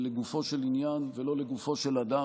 לגופו של עניין ולא לגופו של אדם,